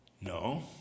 No